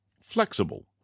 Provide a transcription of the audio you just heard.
Flexible